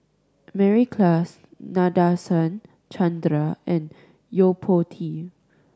Mary Klass Nadasen Chandra and Yo Po Tee